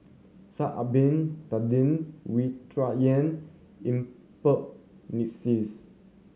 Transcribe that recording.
Sha'ari Bin Tadin Wu Tsai Yen Yuen Peng McNeice